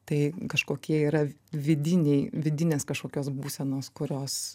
tai kažkokie yra vidiniai vidinės kažkokios būsenos kurios